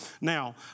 Now